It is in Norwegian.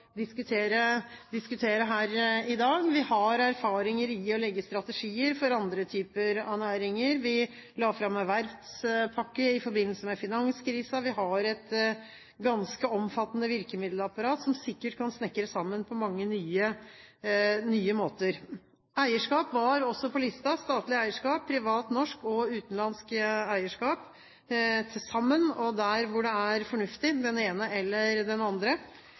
diskutere her i dag. Vi har erfaringer i det å legge strategier for andre typer av næringer. Vi la fram en verftspakke i forbindelse med finanskrisen. Vi har et ganske omfattende virkemiddelapparat som sikkert kan snekres sammen på mange nye måter. Eierskap var også på lista, statlig eierskap, privat norsk og utenlandsk eierskap – til sammen, og der hvor det er fornuftig: den ene eller den andre.